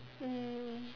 mm